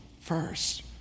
first